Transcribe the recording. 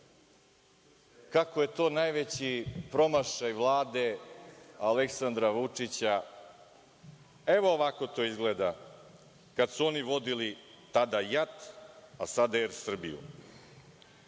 kako je to najveći promašaj Vlade Aleksandra Vučića. Evo ovako to izgleda kada su oni vodili tada JAT, a sada „Air Srbiju“: